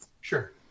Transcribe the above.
Sure